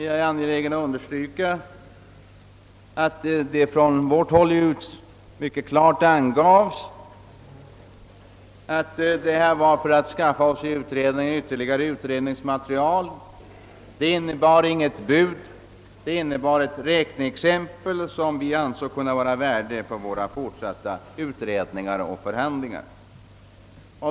Jag är angelägen att understryka att det från vårt håll mycket klart angavs att detta var för att vi i utredningen skulle få ytterligare utredningsmaterial. Det innebar inte något bud utan ett räkneexempel, som vi ansåg kunde vara av värde för våra fortsatta utredningar och förhandlingar.